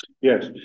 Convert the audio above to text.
Yes